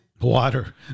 Water